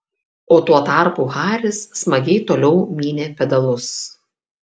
o tuo tarpu haris smagiai toliau mynė pedalus